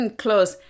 close